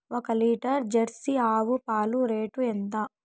ఒక litre jersey ఆవు పాలు రేటు ఎంత?